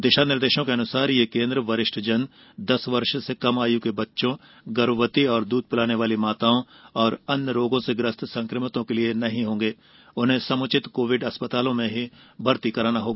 दिशा निर्देशों के अनुसार ये केन्द्र वरिष्ठ जन दस वर्ष से कम उम्र के बच्चों गर्भवती और दूध पिलाने वाली माताओं और अन्य रोगों से ग्रस्त संकमितों के लिए नहीं होंगे उन्हें समुचित कोविड अस्पतालों में भर्ती कराना होगा